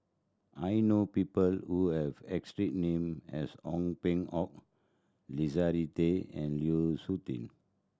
I know people who have name as Ong Peng Hock Leslie Tay and Liu Suitin